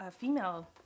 female